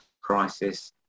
crisis